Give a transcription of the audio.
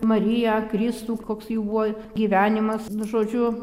mariją kristų koks jų buvo gyvenimas žodžiu